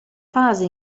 fase